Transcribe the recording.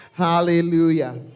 Hallelujah